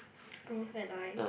Ruth and I